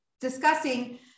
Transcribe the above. discussing